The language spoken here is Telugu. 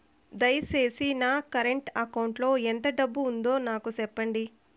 దయచేసి నా కరెంట్ అకౌంట్ లో ఎంత డబ్బు ఉందో నాకు సెప్పండి